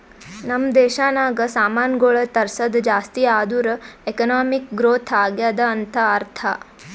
ನಮ್ ದೇಶನಾಗ್ ಸಾಮಾನ್ಗೊಳ್ ತರ್ಸದ್ ಜಾಸ್ತಿ ಆದೂರ್ ಎಕಾನಮಿಕ್ ಗ್ರೋಥ್ ಆಗ್ಯಾದ್ ಅಂತ್ ಅರ್ಥಾ